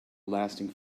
lasting